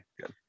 Good